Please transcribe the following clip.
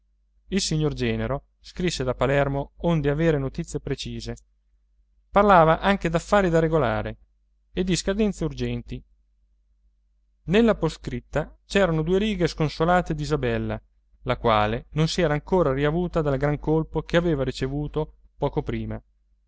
il signor genero scrisse da palermo onde avere notizie precise parlava anche d'affari da regolare e di scadenze urgenti nella poscritta c'erano due righe sconsolate d'isabella la quale non si era ancora riavuta dal gran colpo che aveva ricevuto poco prima